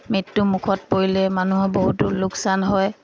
মৃত্যু মুখত পৰিলে মানুহৰ বহুতো লোকচান হয়